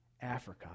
Africa